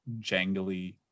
jangly